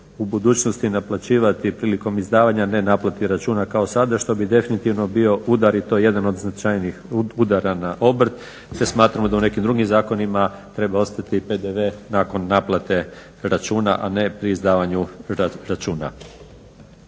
u budućnosti naplaćivati prilikom izdavanja a ne naplati računa kao sada što bi definitivno bio udar i to jedan od značajnijih udara na obrt, te smatramo da u nekim drugim zakonima treba ostati PDV nakon naplate računa a ne pri izdavanju računa.